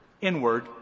Inward